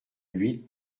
huit